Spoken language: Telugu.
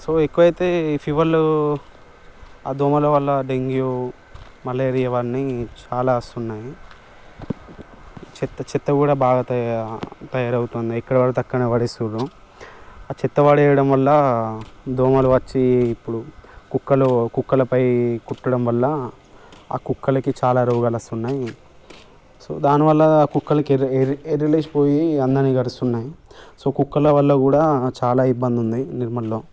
సో ఎక్కువ అయితే ఫీవర్లు ఆ దోమల వల్ల డెంగ్యూ మలేరియా ఇవన్నీ చాలా వస్తున్నాయి చెత్త చెత్త కూడా బాగా తయా తయారవుతుంది ఎక్కడబడితే అక్కడే పడేస్తున్నారు ఆ చెత్త పడేయడం వల్ల దోమలు వచ్చి ఇప్పుడు కుక్కలు కుక్కలపై కుట్టడం వల్ల ఆ కుక్కలకి చాలా రోగాలొస్తున్నాయి సో దానివల్ల కుక్కలకి ఎర్రి ఎర్రి ఎర్రి లేషిపోయి అందరిని కరుస్తున్నాయి సో కుక్కల వల్ల కూడా చాలా ఇబ్బంది ఉంది నిర్మల్లో